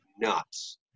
nuts